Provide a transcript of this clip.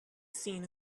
seen